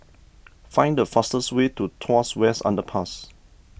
find the fastest way to Tuas West Underpass